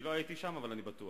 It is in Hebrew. אני לא הייתי שם, אבל אני בטוח.